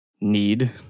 need